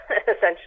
essentially